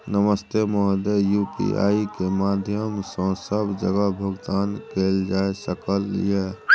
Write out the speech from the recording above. नमस्ते महोदय, यु.पी.आई के माध्यम सं सब जगह भुगतान कैल जाए सकल ये?